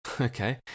okay